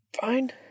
Fine